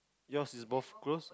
yours is both close